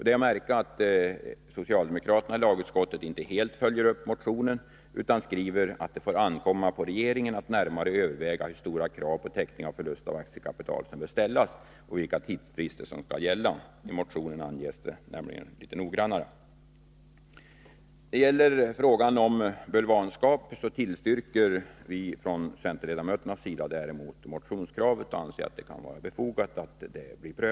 Det är att märka att socialdemokraterna i lagutskottet inte helt har följt upp sin motion utan skrivit att det får ankomma på regeringen att närmare överväga hur stora krav på täckning av förlust av aktiekapital som bör ställas och vilka tidsfrister som skall gälla. I motionen anges detta litet noggrannare. I fråga om bulvanskap tillstyrker centerledamöterna däremot motionskravet. Vi anser det befogat att pröva frågan.